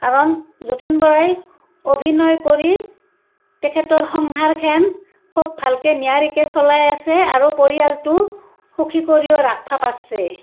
কাৰণ যতীন বৰাই অভিনয় কৰি তেখেতৰ সংসাৰখন খুব ভালকৈ নিয়াৰিকৈ চলাই আছে আৰু পৰিয়ালটো সুখী কৰিও ৰাখিব পাৰিছে